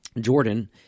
Jordan